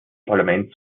parlament